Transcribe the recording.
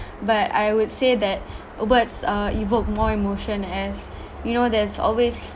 but I would say that words uh evoke more emotion as you know there's always